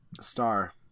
star